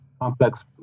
complex